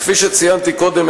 כפי שציינתי קודם,